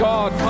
God